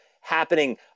happening